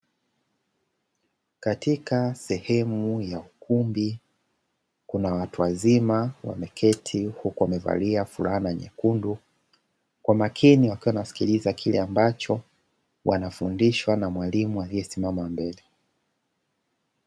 Katika sehemu ya ukumbi kuna watu wazima wameketi huku wamevalia fulana nyekundu kwa makini wakiwa wanasikiliza kile ambacho wanafundishwa na mwalimu aliyesimama mbele.